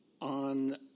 on